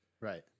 right